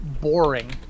boring